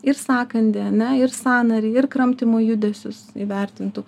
ir sąkandį ar ne ir sąnarį ir kramtymo judesius įvertintų